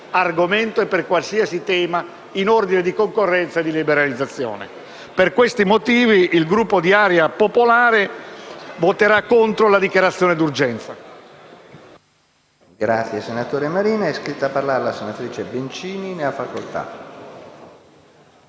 che vale per qualsiasi argomento in materia di concorrenza e di liberalizzazione. Per questi motivi, il Gruppo di Area Popolare voterà contro la dichiarazione di urgenza.